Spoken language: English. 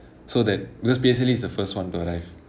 so that because P_S_L_E is the first one to arrive